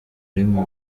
rimwe